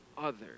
others